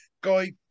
guy